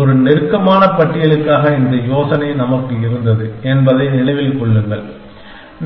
ஆகவே ஒரு நெருக்கமான பட்டியலுக்காக இந்த யோசனை நமக்கு இருந்தது என்பதை நினைவில் கொள்ளுங்கள்